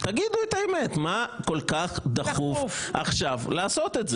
תגידו את האמת מה כל כך דחוף עכשיו לעשות את זה?